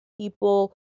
people